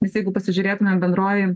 nes jeigu pasižiūrėtumėm bendroji